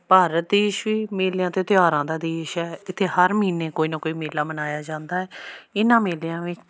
ਭਾਰਤ ਦੇਸ਼ ਵੀ ਮੇਲਿਆਂ ਅਤੇ ਤਿਉਹਾਰਾਂ ਦਾ ਦੇਸ਼ ਹੈ ਇੱਥੇ ਹਰ ਮਹੀਨੇ ਕੋਈ ਨਾ ਕੋਈ ਮੇਲਾ ਮਨਾਇਆ ਜਾਂਦਾ ਹੈ ਇਹਨਾਂ ਮੇਲਿਆਂ ਵਿੱਚ